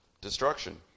destruction